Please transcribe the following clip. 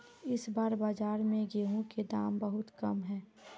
इस बार बाजार में गेंहू के दाम बहुत कम है?